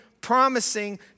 promising